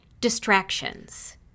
distractions